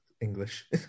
English